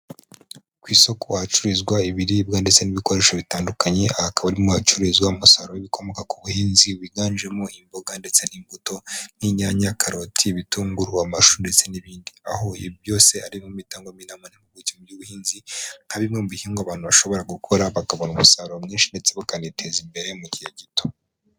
Ku isoko hacururizwa ibiribwa ndetse n'ibikoresho bitandukanye hakaba harimo hacuruzwa umusaruro w' ibikomoka ku buhinzi wiganjemo imboga ndetse n'imbuto n'inyanya, karoti, ibitunguru n'amashu ndetse n'ibindi, aho byose harimo gutangwa ni inama n'impuguke mu by'ubuhinzi nka bimwe mubihingwa abantu bashobora gukora bakabona umusaruro mwinshi ndetse bakaniteza imbere mu gihe gito.